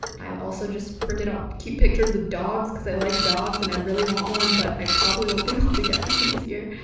i also just printed out cute pictures of dogs cause i like dogs and i really want one but i probably won't be able to get one this year,